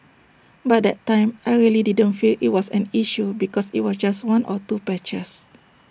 but that time I really didn't feel IT was an issue because IT was just one or two patches